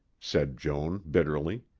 said joan bitterly.